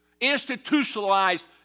institutionalized